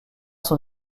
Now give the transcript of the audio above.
son